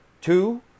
Two